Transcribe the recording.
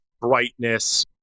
brightness